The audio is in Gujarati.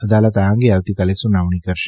અદાલત આ અંગે આવતીકાલે સુનાવણી ક રશે